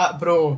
bro